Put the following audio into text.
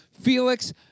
Felix